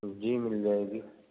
جی مل جائے گی